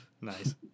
Nice